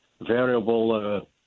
variable